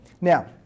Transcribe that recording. Now